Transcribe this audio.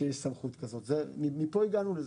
שיש סמכות למינוי מנכ"ל, ומפה הגענו לזה.